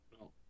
No